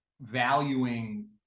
valuing